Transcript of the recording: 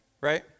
right